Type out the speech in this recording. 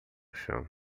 chão